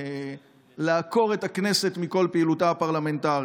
לעקר את הכנסת מכל פעילותה הפרלמנטרית.